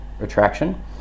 attraction